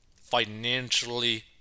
financially